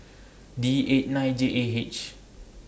D eight nine J A H